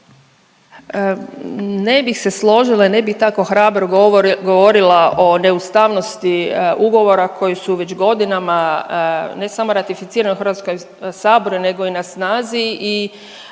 Ne bih se složila i ne bi tako hrabro govorila o neustavnosti ugovora koji su već godinama ne samo ratificirani u HS-u nego i na snazi